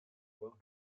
avoir